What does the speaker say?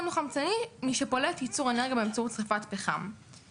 דו-חמצני משפולט ייצור אנרגיה באמצעות שריפת פחם,